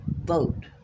vote